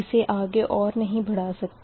इसे आगे और नही बढ़ा सकते